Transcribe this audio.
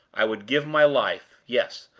i would give my life yes,